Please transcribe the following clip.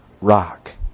rock